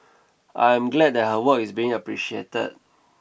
I am glad that her work is being appreciated